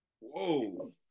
Whoa